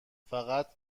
فقط